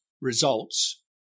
results